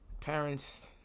parents